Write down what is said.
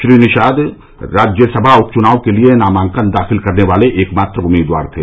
श्री निषाद राज्यसभा उपचुनाव के लिए नामांकन दाखिल करने वाले एकमात्र उम्मीदवार थे